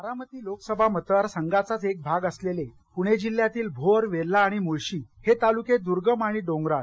बारामती लोकसभा मतदार संघाचाच एक भाग असलेले पुणे जिल्ह्यातील भोर वेल्हा आणि मुळशी हे तालुके द्र्गम आणि डोंगराळ